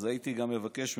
אז הייתי גם מבקש ממנו,